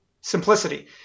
Simplicity